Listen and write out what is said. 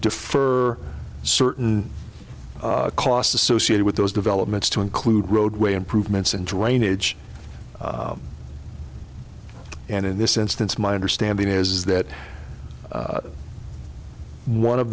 defer certain costs associated with those developments to include roadway improvements and drainage and in this instance my understanding is that one of